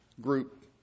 group